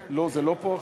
לא, זה לא פה עכשיו.